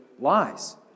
lies